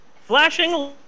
Flashing